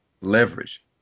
leverage